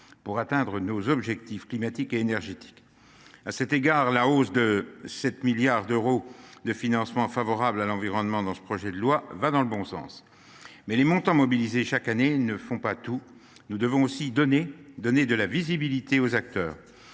pour atteindre nos objectifs climatiques et énergétiques. À cet égard, la hausse de 7 milliards d’euros des financements favorables à l’environnement dans ce projet de loi va dans le bon sens. Les montants mobilisés chaque année ne font toutefois pas tout. Nous devons aussi donner de la visibilité aux acteurs.